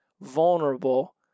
vulnerable